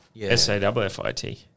S-A-W-F-I-T